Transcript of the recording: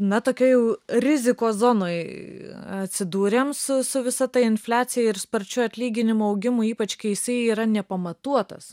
na tokia jau rizikos zonoj atsidūrėm su su visa ta infliacija ir sparčiu atlyginimų augimu ypač kai jisai yra nepamatuotas